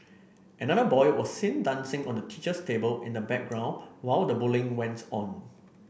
another boy was seen dancing on the teacher's table in the background while the bullying went on